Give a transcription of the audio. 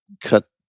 cut